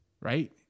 right